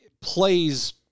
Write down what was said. plays